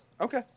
okay